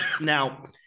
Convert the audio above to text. Now